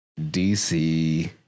DC